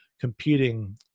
competing